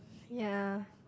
ya